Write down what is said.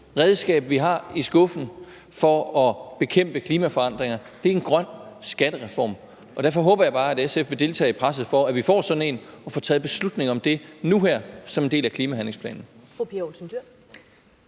redskab, vi har i skuffen til at bekæmpe klimaforandringer, er en grøn skattereform. Derfor håber jeg bare, at SF vil deltage i presset for, at vi får sådan en og får taget en beslutning om det nu som en del af klimahandlingsplanen.